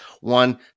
one